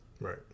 Right